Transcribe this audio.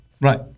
Right